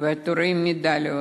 ועטורי מדליות,